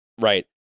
right